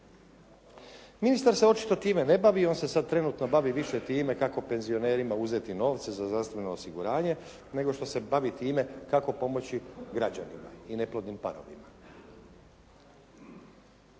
Ministar se očito time ne bavi. On se sad trenutno bavi više time kako penzionerima uzeti novce za zdravstveno osiguranje nego što se bavi time kako pomoći građanima i neplodnim parovima.